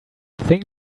thing